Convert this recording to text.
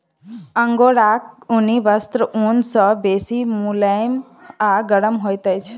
अंगोराक ऊनी वस्त्र ऊन सॅ बेसी मुलैम आ गरम होइत अछि